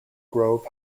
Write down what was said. grove